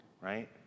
Right